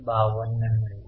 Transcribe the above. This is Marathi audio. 52 मिळेल